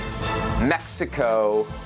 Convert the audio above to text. Mexico